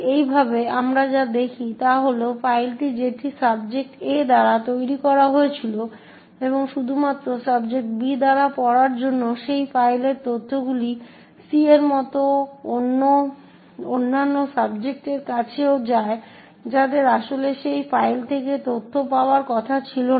এইভাবে আমরা যা দেখি তা হল যে ফাইলটি যেটি সাবজেক্ট A দ্বারা তৈরি করা হয়েছিল এবং শুধুমাত্র সাবজেক্ট B দ্বারা পড়ার জন্য সেই ফাইলের তথ্যগুলি C এর মতো অন্যান্য সাবজেক্টের কাছেও যায় যাদের আসলে সেই ফাইল থেকে তথ্য পাওয়ার কথা ছিল না